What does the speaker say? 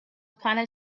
planet